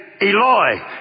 Eloi